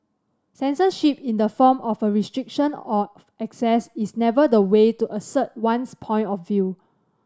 censorship in the form of a restriction of access is never the way to assert one's point of view